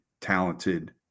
talented